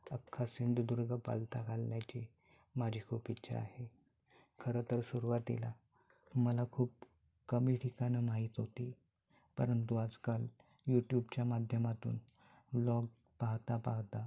अख्खा सिंधुदुर्ग पालथा घालण्याची माझी खूप इच्छा आहे खरं तर सुरवातीला मला खूप कमी ठिकाणं माहीत होती परंतु आजकाल यूट्यूबच्या माध्यमातून व्लॉग पाहता पाहता